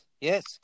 yes